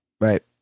Right